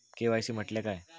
KYC म्हटल्या काय?